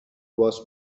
باس